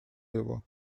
его